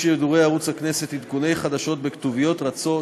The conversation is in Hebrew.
על שילוב בשידורי ערוץ הכנסת של עדכוני חדשות בכתוביות רצות,